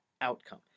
outcome